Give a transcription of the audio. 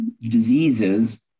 diseases